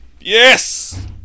Yes